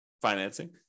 financing